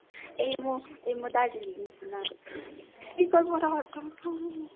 ए म ए म दार्जिलिङ स्पिकरबाट हटा न